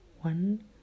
one